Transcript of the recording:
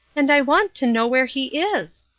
and i want to know where he is.